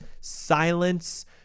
silence